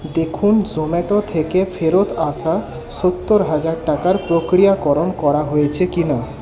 দেখুন জোম্যাটো থেকে ফেরত আসা সত্তর হাজার টাকার প্রক্রিয়াকরণ করা হয়েছে কি না